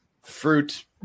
fruit